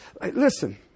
Listen